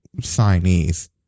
signees